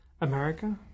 America